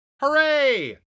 Hooray